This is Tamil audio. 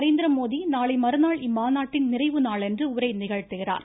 நரேந்திரமோடி நாளை மறுநாள் இம்மாநாட்டின் நிறைவுநாளன்று உரை நிகழ்த்துகிறார்